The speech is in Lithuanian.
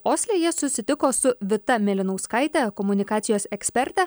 osle jie susitiko su vita mėlynauskaite komunikacijos eksperte